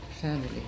family